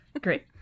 Great